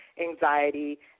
anxiety